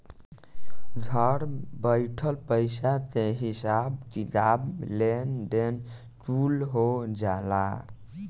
घर बइठल पईसा के हिसाब किताब, लेन देन कुल हो जाला